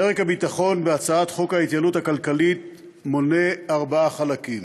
פרק הביטחון בהצעת חוק ההתייעלות הכלכלית מונה ארבעה חלקים: